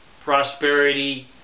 prosperity